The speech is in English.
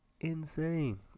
insane